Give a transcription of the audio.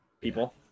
people